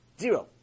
Zero